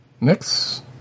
Next